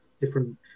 different